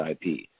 IP